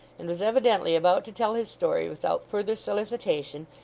and was evidently about to tell his story without further solicitation,